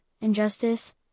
injustice